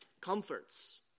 comforts